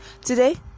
today